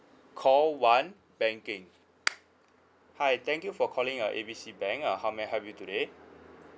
call one banking hi thank you for calling uh A B C bank uh how may I help you today